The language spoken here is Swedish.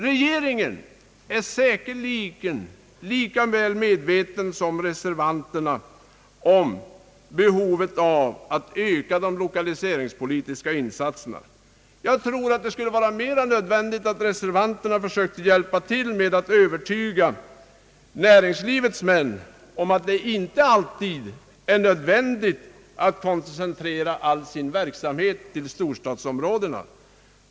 Regeringen är säkerligen lika väl medveten som reservanterna om behovet av att öka de lokaliseringspolitiska insatserna. Jag tror att det skulle vara mera nödvändigt att reservanterna försökte hjälpa till med att övertyga näringslivets män om att det inte alltid är nödvändigt att koncentrera all sin verksamhet till storstadsområdena.